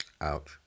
ouch